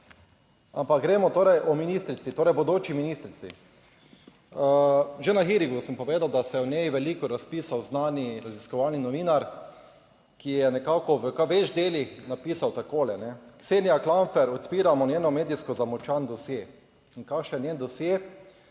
Ampak gremo torej o ministrici, torej bodoči ministrici. Že na hearingu sem povedal, da se je o njej veliko razpisal znani raziskovalni novinar, ki je nekako v / nerazumljivo/ delih napisal takole, "Ksenija Klampfer, odpiramo njeno medijsko zamolčan dosje." In kakšen je njen dosje?